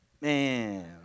Man